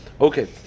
Okay